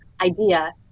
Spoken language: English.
idea